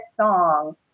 song